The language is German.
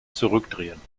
zurückdrehen